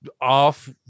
off